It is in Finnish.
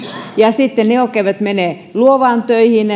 ja sitten ne viranomaiset jotka eivät mene luovaan töihin